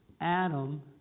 Adam